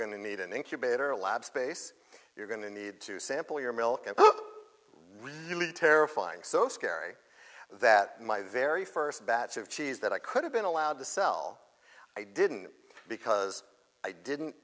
to need an incubator lab space you're going to need to sample your milk and really terrifying so scary that my very first batch of cheese that i could have been allowed to sell i didn't because i didn't